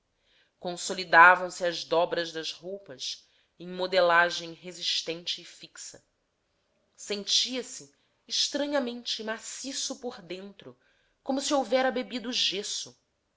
polimento consolidavam se as dobras das roupas em modelagem resistente e fixa sentia-se estranhamente maciço por dentro como se houvera bebido gesso